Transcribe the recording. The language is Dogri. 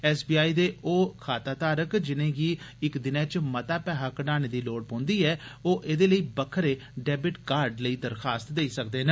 एसबीआई दे ओह् खाताधारक जिनेंगी इक दिनै च मता पैहा कडाने दी लोड़ पौंदी ऐ ओह् एदे लेई बक्खरे डैबिट कार्ड लेई दर्खास्त देई सकदे न